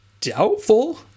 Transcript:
Doubtful